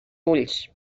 ulls